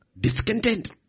Discontent